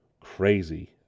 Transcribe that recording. crazy